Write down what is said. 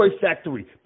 Factory